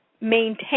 maintain